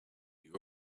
you